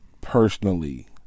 personally